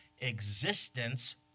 existence